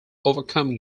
overcome